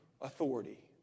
authority